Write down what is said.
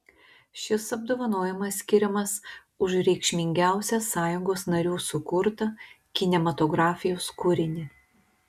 šis apdovanojimas skiriamas už reikšmingiausią sąjungos narių sukurtą kinematografijos kūrinį